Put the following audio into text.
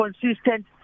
consistent